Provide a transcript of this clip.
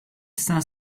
cinq